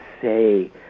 say